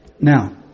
now